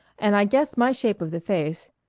and i guess my shape of the face.